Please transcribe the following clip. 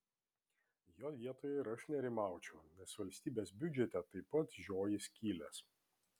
jo vietoje ir aš nerimaučiau nes valstybės biudžete taip pat žioji skylės